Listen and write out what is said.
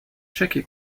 jackie